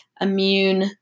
immune-